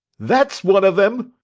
that's one of them.